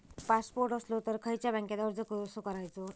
Passport असलो तर खयच्या बँकेत अर्ज कसो करायचो?